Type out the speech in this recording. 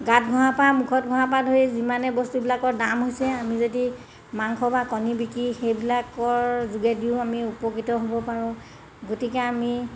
গাত ঘঁহাৰপৰা মুখত ঘঁহাৰপৰা ধৰি যিমানে বস্তুবিলাকৰ দাম হৈছে আমি যদি মাংস বা কণী বিক্ৰী সেইবিলাকৰ যোগেদিও আমি উপকৃত হ'ব পাৰোঁ গতিকে আমি